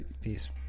Peace